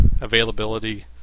availability